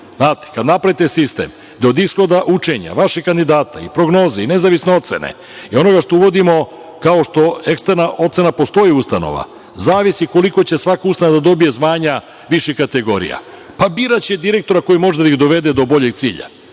napravite sistem da od ishoda učenja vašeg kandidata i prognoze i nezavisne ocene i onoga što uvodimo, kao što eksterna ocena postoji, zavisi koliko će svaka ustanova da dobije zvanja viših kategorija. Pa biraće direktora koji može da ih dovede do boljeg cilja.